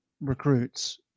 recruits